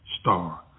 star